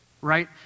right